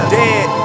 dead